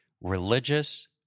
religious